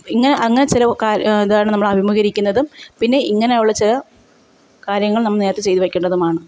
ഇങ്ങനെ അങ്ങനെ ചില കാര്യം ഇതാണ് നമ്മൾ അഭിമുഖീകരിക്കുന്നതും പിന്നെ ഇങ്ങനെയുള്ള ചില കാര്യങ്ങള് നമ്മൾ നേരത്തെ ചെയ്തു വയ്ക്കേണ്ടതുമാണ്